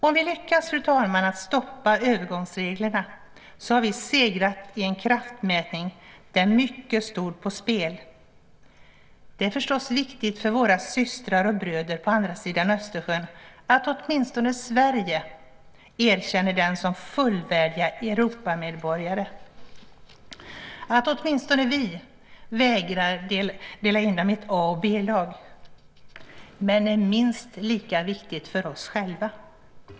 Om vi lyckas stoppa övergångsreglerna, fru talman, har vi segrat i en kraftmätning där mycket stod på spel. Det är förstås viktigt för våra systrar och bröder på andra sidan Östersjön att åtminstone Sverige erkänner dem som fullvärdiga Europamedborgare, och att åtminstone vi vägrar att dela in dem i ett A och ett B-lag. Det är minst lika viktigt för oss själva.